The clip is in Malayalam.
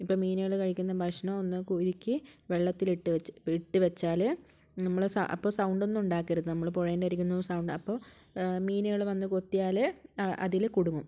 ഇപ്പം മീനുകൾ കഴിക്കുന്ന ഭക്ഷണൊന്നും കൂരിക്ക് വെള്ളത്തിലിട്ട് വെച്ച് ഇട്ട് വെച്ചാൽ നമ്മൾ സ അപ്പോൾ സൗണ്ടൊന്നും ഉണ്ടാക്കരുത് നമ്മൾ പുഴേൻ്റെ അരുകിന്നു സൗണ്ട അപ്പോൾ മീനുകൾ വന്ന് കൊത്തിയാൽ ആ അതിൽ കുടുങ്ങും